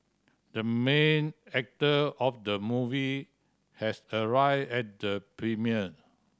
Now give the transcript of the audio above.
the main actor of the movie has arrived at the premiere